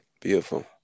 Beautiful